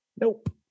nope